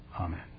amen